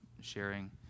sharing